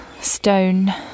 stone